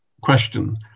Question